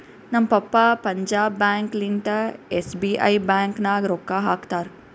ನಮ್ ಪಪ್ಪಾ ಪಂಜಾಬ್ ಬ್ಯಾಂಕ್ ಲಿಂತಾ ಎಸ್.ಬಿ.ಐ ಬ್ಯಾಂಕ್ ನಾಗ್ ರೊಕ್ಕಾ ಹಾಕ್ತಾರ್